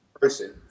person